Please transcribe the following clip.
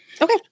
Okay